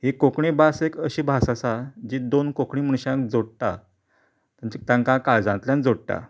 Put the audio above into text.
ही कोंकणी भास एक अशी भास आसा जी दोन कोंकणी मनशाक जोडटा आनी तांकां काळजांतल्यान जोडटा